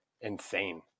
insane